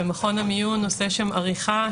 ומכון המיון עושה שם עריכה,